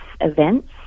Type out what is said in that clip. events